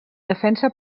defensa